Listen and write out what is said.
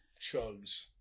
Chugs